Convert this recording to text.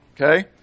okay